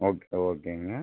okay ஓகேங்க